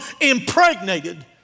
impregnated